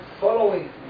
following